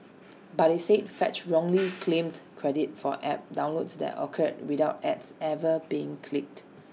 but IT said fetch wrongly claimed credit for app downloads that occurred without ads ever being clicked